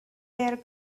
their